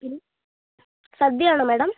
സദ്യ ആണോ മേഡം